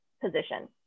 position